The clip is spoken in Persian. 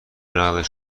نقد